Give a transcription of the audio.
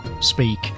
speak